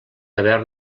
haver